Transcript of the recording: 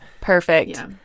Perfect